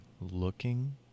looking